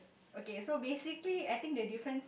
okay so basically I think the difference